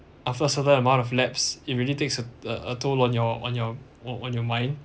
after a certain amount of laps it really takes a toll on your on your on your mind